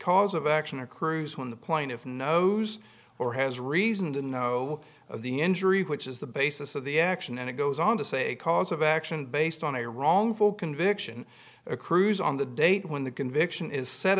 cause of action accrues when the plaintiff knows or has reason to know of the injury which is the basis of the action and it goes on to say a cause of action based on a wrongful conviction accrues on the date when the conviction is set